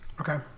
Okay